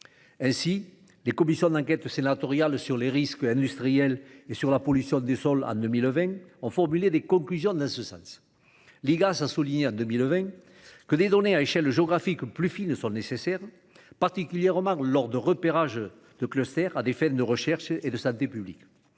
Ainsi, les commissions d'enquête sénatoriales sur les risques industriels et sur la pollution des sols, en 2020, ont formulé des conclusions en ce sens. L'Igas a souligné, la même année, que des données à échelle géographique plus fine sont nécessaires, particulièrement lors de repérages de clusters à des fins de recherche et de santé publique.